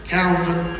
Calvin